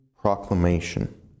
proclamation